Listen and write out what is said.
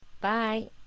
bye